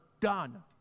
done